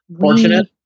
fortunate